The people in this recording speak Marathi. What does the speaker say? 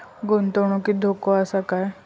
गुंतवणुकीत धोको आसा काय?